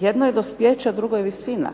Jedno je dospijeće, a drugo je visina.